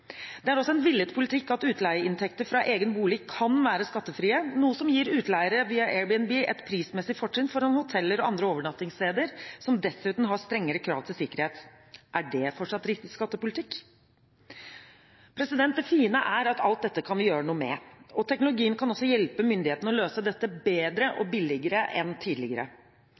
Det er også en villet politikk at utleieinntekter fra egen bolig kan være skattefrie, noe som gir utleiere via Airbnb et prismessig fortrinn foran hoteller og andre overnattingssteder, som dessuten har strengere krav til sikkerhet. Er det fortsatt riktig skattepolitikk? Det fine er at alt dette kan vi gjøre noe med. Teknologien kan også hjelpe myndighetene med å løse dette bedre og billigere enn tidligere.